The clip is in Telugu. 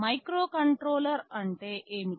మైక్రోకంట్రోలర్ అంటే ఏమిటి